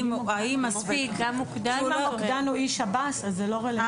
אם המוקדן הוא איש שב"ס, אז זה לא רלוונטי.